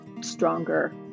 stronger